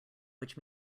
which